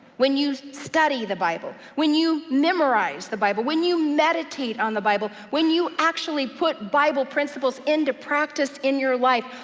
when you study the bible, when you memorize the bible, when you meditate on the bible, when you actually put bible principles into practice in your life,